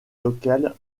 locales